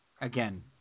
again